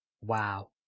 Wow